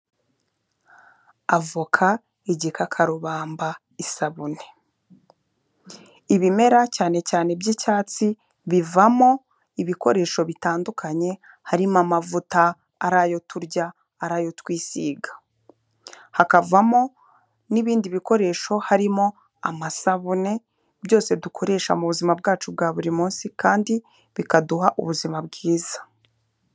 Avoka, igikarubamba, isabune. Ibimera cyane cyane by'icyatsi bivamo ibikoresho bitandukanye, harimo amavuta ari ayo turya, ari ayo twisiga. Hakavamo n'ibindi bikoresho harimo amasabune byose dukoresha mu buzima bwacu bwa buri munsi kandi bikaduha ubuzima bwiza